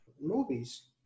movies